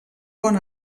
bon